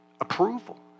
approval